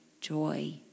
joy